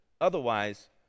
Otherwise